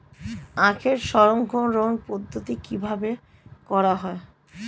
আখের সংরক্ষণ পদ্ধতি কিভাবে করা হয়?